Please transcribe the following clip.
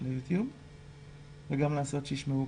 אבל גם אנחנו ממשיכים לפעול בזירה הביתית שלנו ואני